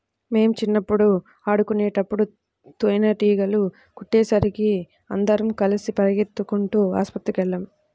మేం చిన్నప్పుడు ఆడుకునేటప్పుడు తేనీగలు కుట్టేసరికి అందరం కలిసి పెరిగెత్తుకుంటూ ఆస్పత్రికెళ్ళాం